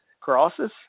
crosses